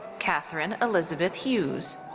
katherine elizabeth hughes.